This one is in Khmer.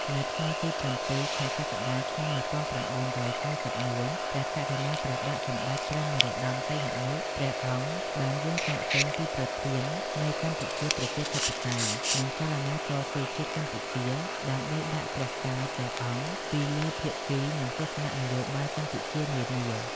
នៅថ្ងៃទី១៧ ខែកក្កដា ឆ្នាំ១៩៩១ ព្រះករុណាព្រះបាទសម្តេចព្រះនរោត្តម សីហនុ ព្រះ អង្គបានយាងចាកចេញពីប្រធាននៃកម្ពុជាប្រជាធិបតេយ្យ និងចលនាតស៊ូជាតិកម្ពុជា ដើម្បីដាក់ព្រះកាយព្រះអង្គពីលើភាគី និងទស្សនៈនយោបាយកម្ពុជានានា។